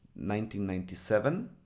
1997